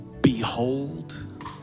behold